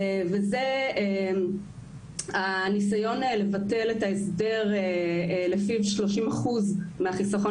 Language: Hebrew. וזה הניסיון לבטל את ההסדר לפיו 30% מהחיסכון